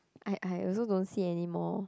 I I also don't see anymore